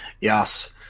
Yes